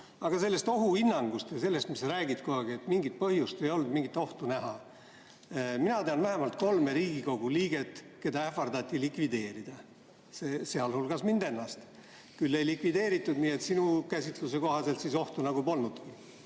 nüüd sellest ohuhinnangust ja sellest, mis sa räägid, et ei olnud mingit põhjust mingit ohtu näha. Mina tean vähemalt kolme Riigikogu liiget, keda ähvardati likvideerida, sealhulgas mind ennast. Küll ei likvideeritud, nii et sinu käsitluse kohaselt ohtu nagu polnud.